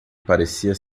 parecia